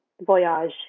voyage